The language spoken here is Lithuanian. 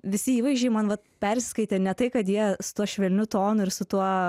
visi įvaizdžiai man vat persiskaitė ne tai kad jie su tuo švelniu tonu ir su tuo